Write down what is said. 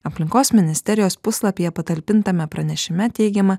aplinkos ministerijos puslapyje patalpintame pranešime teigiama